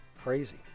Crazy